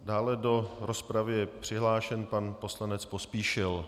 Dále je do rozpravy přihlášen pan poslanec Pospíšil.